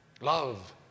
Love